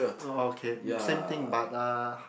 oh okay mm same thing but uh